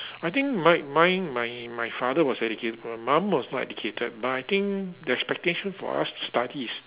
I think mine mine my my father was educated my mum was not educated but I think the expectation for us to study is